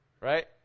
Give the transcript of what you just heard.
Right